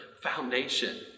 foundation